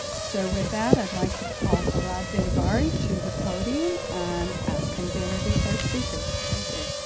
so with that, i'd like to call hirad dinavari to the podium and ask him to introduce our speaker. thank you.